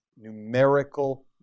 numerical